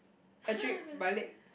actually my leg